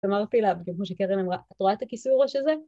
אמרתי לה, כמו שקרן אמרה, את רואה את הכיסוי אראש שזה?